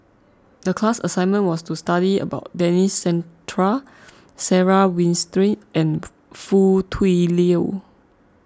the class assignment was to study about Denis Santry Sarah Winstedt and Foo Tui Liew